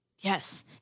Yes